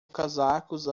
casaco